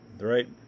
right